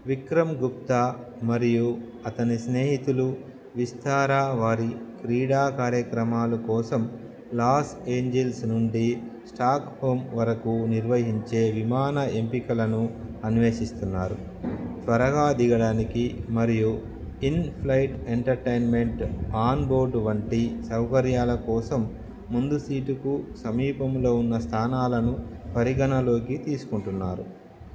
విక్రమ్ గుప్తా మరియు అతని స్నేహితులు విస్తార వారి క్రీడా కార్యక్రమాలు కోసం లాస్ ఏంజిల్స్ నుండి స్టాక్హోమ్ వరకు నిర్వహించే విమాన ఎంపికలను అన్వేషిస్తున్నారు త్వరగా దిగడానికి మరియు ఇన్ఫ్లయిట్ ఎంటర్టైన్మెంట్ ఆన్బోర్డ్ వంటి సౌకర్యాల కోసం ముందు సీటుకు సమీపంలో ఉన్న స్థానాలను పరిగణనలోకి తీసుకుంటున్నారు